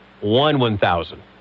One-one-thousand